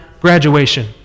graduation